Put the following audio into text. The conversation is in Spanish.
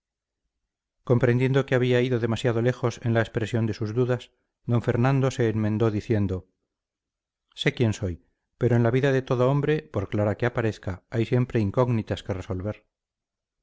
comprendiendo que había ido demasiado lejos en la expresión de sus dudas d fernando se enmendó diciendo sé quién soy pero en la vida de todo hombre por clara que aparezca hay siempre incógnitas que resolver